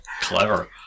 Clever